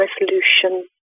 resolution